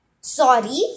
Sorry